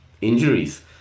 injuries